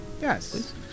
Yes